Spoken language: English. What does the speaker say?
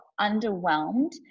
underwhelmed